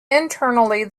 internally